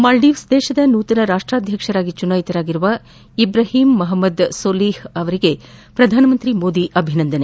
ಮಾಲ್ಗೀವ್ಸ್ನ ನೂತನ ರಾಷ್ಲಾಧ್ಯಕ್ಷರಾಗಿ ಚುನಾಯಿತರಾಗಿರುವ ಇಬ್ರಾಹಿಂ ಮಹಮ್ಮದ್ ಸೋಲಿಪ್ ಅವರಿಗೆ ಪ್ರಧಾನಿ ಮೋದಿ ಅಭಿನಂದನೆ